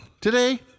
today